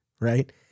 right